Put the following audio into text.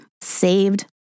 saved